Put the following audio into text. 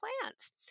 plants